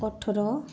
ଅଠର